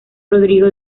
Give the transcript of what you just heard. rodrigo